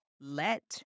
Let